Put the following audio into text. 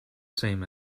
same